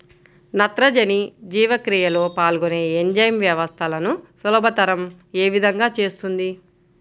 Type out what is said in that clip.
నత్రజని జీవక్రియలో పాల్గొనే ఎంజైమ్ వ్యవస్థలను సులభతరం ఏ విధముగా చేస్తుంది?